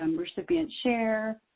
um recipient share,